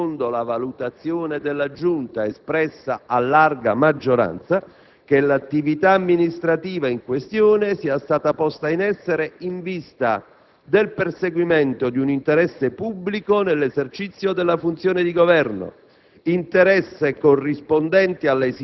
È poi indiscutibile, secondo la valutazione della Giunta espressa a larga maggioranza, che l'attività amministrativa in questione sia stata posta in essere in vista del perseguimento di un interesse pubblico nell'esercizio della funzione di governo,